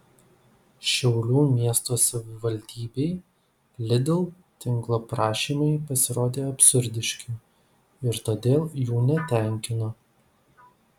šiaulių miesto savivaldybei lidl tinklo prašymai pasirodė absurdiški ir todėl jų netenkino